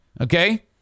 Okay